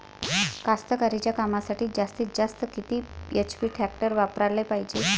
कास्तकारीच्या कामासाठी जास्तीत जास्त किती एच.पी टॅक्टर वापराले पायजे?